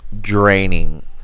draining